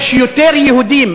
יש יותר יהודים,